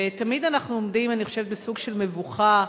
תמיד אנחנו עומדים, אני חושבת, בסוג של מבוכה,